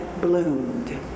Bloomed